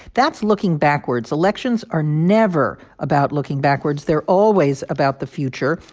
that's looking backwards. elections are never about looking backwards. they're always about the future,